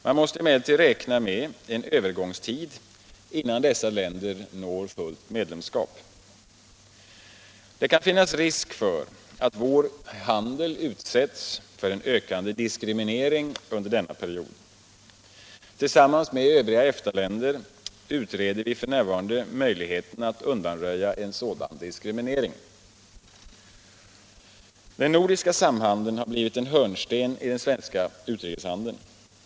Man måste emellertid räkna med en övergångstid innan dessa länder når fullt medlemskap. Det kan finnas risk för att vår handel utsätts för en ökande diskriminering under denna period. Tillsammans med de övriga EFTA-länderna utreder vi f. n. möjligheterna att undanröja en sådan diskriminering. Den nordiska samhandeln har blivit en hörnsten i den svenska utrikeshandeln.